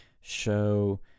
show